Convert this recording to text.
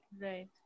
Right